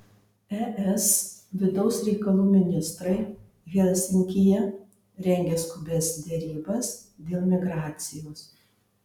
es vidaus reikalų ministrai helsinkyje rengia skubias derybas dėl migracijos